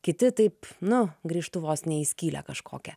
kiti taip nu grįžtu vos ne į skylę kažkokią